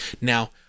Now